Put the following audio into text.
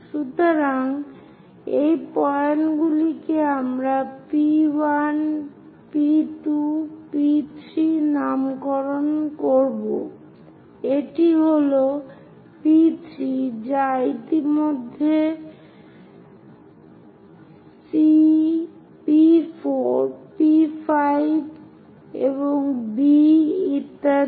সুতরাং এই পয়েন্টগুলিকে আমরা P 1 P 2 P 3 নামে নামকরণ করব এটি হল P 3 যা ইতিমধ্যে C P 4 P 5 এবং B ইত্যাদি